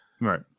Right